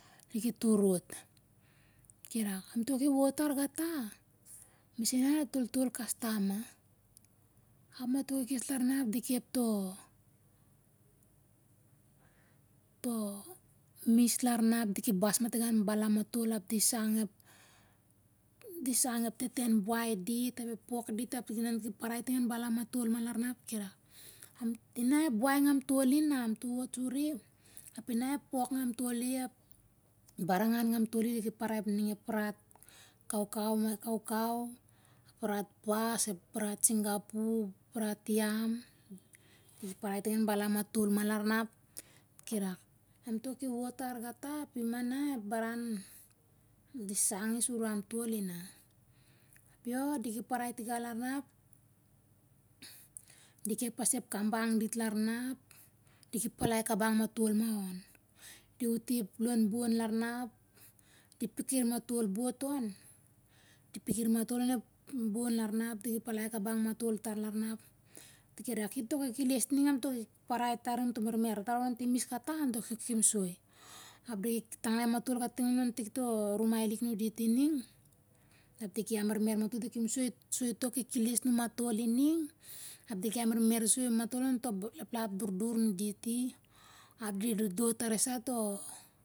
Diki turot. Kirak amto ki wot tar gata misana datol toltolkastam ma ap mato ki kes larna ap di kep to to mis larna ap diki bas ma tiga an balam matol ap di sag ep di sang ep teten buai dit ap ep pok dit ap ep dinan parai ting an balam matol ina larna ap kirak, ina ep buai ngamtoli na amto wot suri, ap ina ep pok ngamtoli ap barangan ngamtoli li parai ning ep rat kaukau ma kaukau, ep rat pas, ep rat singapu, ep rat iam, parai ting an balam matol ma larna ap kirak amto ki wot tar gata ap ima na ep baran di sangi sur amtol ina, yoo diki parai tiga larna ap. di kep pas ep kabang dit larna ap diki palai kabang matol ma on di uti lon bon larna ap di pikir matol bot on, di pikir matol onep bon larna ap diki palai kabang matol tar larna ap diki rak ito kekeles ning amto parai tar amto mermer tar on timas kata amto kekem soi. ap diki takai matol kating onto ontik to rumai lik nunditi ning ap diki amermer mato di kemsoi soi to kekeles numatoli ning ap, diki amermer sou matol onto laplap durdur nunditi ap di dotdot tari sa to